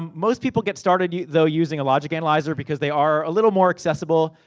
um most people get started, though, using a logic analyzer, because they are a little more accessible.